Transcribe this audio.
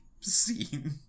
scene